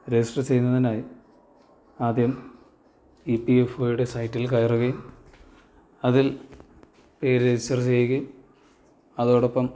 register ചെയ്യുന്നതിനായി ആദ്യം E P F ഒയുടെ സൈറ്റിൽ കയറുകയും അതിൽ പേര് രജിസ്റ്റർ ചെയ്യുകയും അതോടൊപ്പം